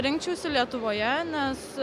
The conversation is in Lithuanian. rinkčiausi lietuvoje nes